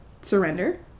Surrender